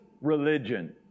religion